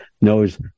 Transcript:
knows